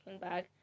bag